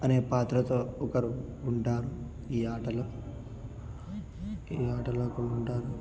అనే పాత్రతో ఒకరు ఉంటారు ఈ ఆటలో ఈ ఆటలో ఒకరు ఉంటారు